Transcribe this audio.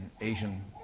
Asian